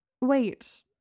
Wait